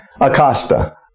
Acosta